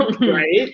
Right